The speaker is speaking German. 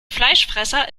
fleischfresser